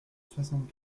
soixante